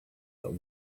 that